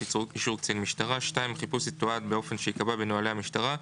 אישור קצין משטרה; (2)החיפוש יתועד באופן שייקבע בנוהלי המשטרה,